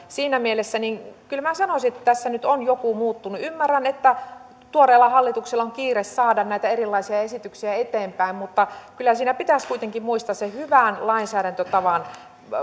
siinä mielessä minä kyllä sanoisin että tässä nyt on joku muuttunut ymmärrän että tuoreella hallituksella on kiire saada näitä erilaisia esityksiä eteenpäin mutta kyllä siinä pitäisi kuitenkin muistaa se hyvän lainsäädäntötavan